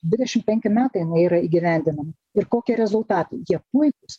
dvidešim penki metai jinai yra įgyvendinama ir kokie rezultatai jie puikūs